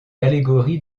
allégorie